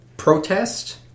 protest